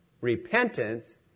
repentance